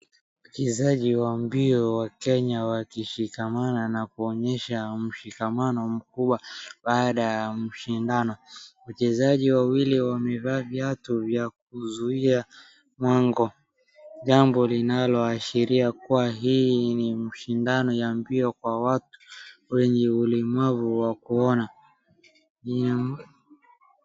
Wachezaji wa mbio wa Kenya wakishikamana na kuonyesha mshikamano mkubwa baada ya mashindano, wachezaji wawili wamevaa viatu vya kuzuia mwango, jambo linaloashiria kuwa hii ni mashindano ya mbio kwa watu wenye ulemavu wa kuona.